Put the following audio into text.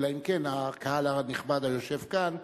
אלא אם כן הקהל הנכבד היושב כאן,